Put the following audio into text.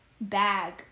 bag